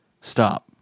Stop